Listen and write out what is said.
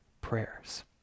prayers